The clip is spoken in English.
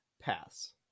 Pass